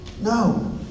No